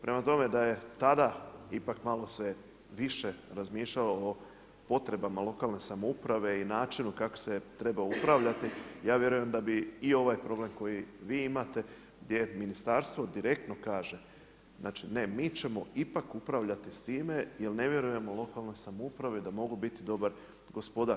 Prema tome, da je tada ipak malo se više razmišljalo o potrebama lokalne samouprave i načinu kako se treba upravljati, ja vjerujem da bi i ovaj problem koji vi imate gdje ministarstvo direktno kaže ne mi ćemo ipak upravljati s time, jer ne vjerujemo lokalnoj samoupravi da mogu biti dobar gospodar.